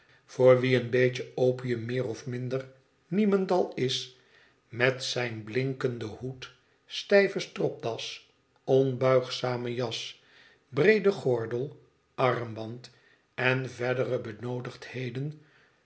voor wien een beetje opium meer of minder niemendal is met zij nblinkenden hoed stijve stropdas onbuigzame jas breeden gordel armband en verdere benoodigdheden